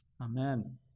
Amen